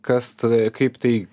kas ta kaip tai